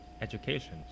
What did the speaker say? education